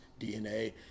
DNA